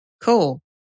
cool